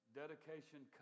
dedication